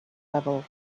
level